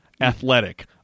athletic